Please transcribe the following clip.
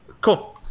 Cool